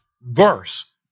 verse